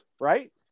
Right